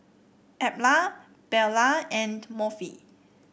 Edla Beulah and Murphy